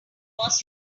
was